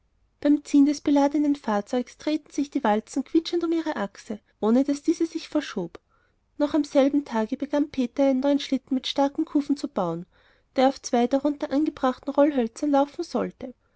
beim ziehen des beladenen fahrzeuges drehten sich die walzen quietschend um ihre achse ohne daß diese sich verschob noch am selben tage begann peter einen neuen schlitten mit starken kufen zu bauen der auf zwei darunter angebrachten rollhölzern laufen sollte